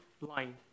line